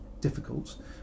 difficult